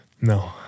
No